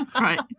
Right